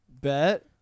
bet